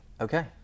Okay